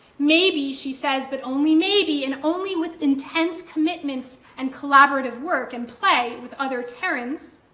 maybe, she says, but only maybe and only with intense commitment and collaborative work and play with other terrans,